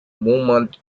movement